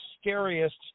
scariest